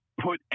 Put